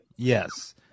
Yes